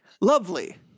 lovely